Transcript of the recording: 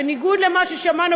בניגוד למה ששמענו,